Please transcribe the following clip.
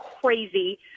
crazy